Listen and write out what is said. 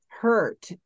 hurt